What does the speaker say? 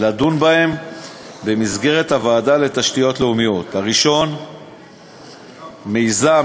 לדון בהם במסגרת הוועדה לתשתיות לאומיות: 1. מיזם